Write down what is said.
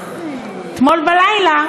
ואתמול בלילה,